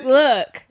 look